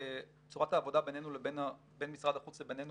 צורת העבודה בין משרד החוץ לבינינו